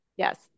Yes